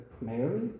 Mary